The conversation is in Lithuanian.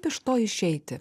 iš to išeiti